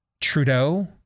Trudeau